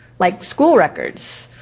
like school records,